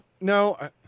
No